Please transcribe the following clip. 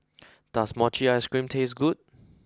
does Mochi Ice Cream taste good